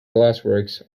glassworks